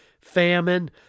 famine